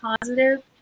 positive